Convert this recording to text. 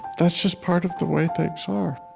that's just part of the way things are